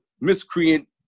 miscreant